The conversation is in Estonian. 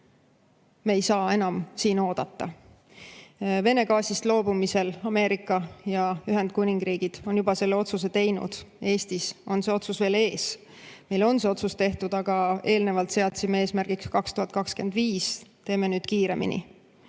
Me ei saa enam siin oodata. Vene gaasist loobumisel on Ameerika ja Ühendkuningriik juba selle otsuse teinud, Eestis on see otsus veel ees. Meil on see otsus tehtud, aga eelnevalt seadsime eesmärgiks 2025. Teeme nüüd kiiremini.